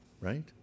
right